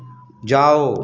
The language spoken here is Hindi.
जाओ